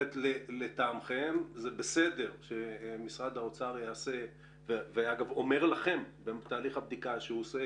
לטעמכם זה בסדר שמשרד האוצר אומר לכם בתהליך הבדיקה שהוא עושה